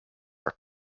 are